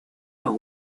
los